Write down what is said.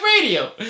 radio